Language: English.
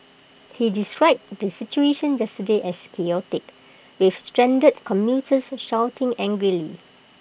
he described the situation yesterday as chaotic with stranded commuters shouting angrily